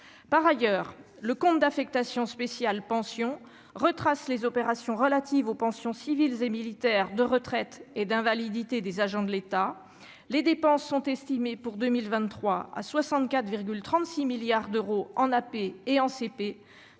par ailleurs, le compte d'affectation spéciale Pensions retrace les opérations relatives aux pensions civiles et militaires de retraite et d'invalidité des agents de l'État, les dépenses sont estimés pour 2023 à 64,36 milliards d'euros en AP et en CP.